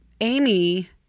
Amy –